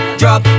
drop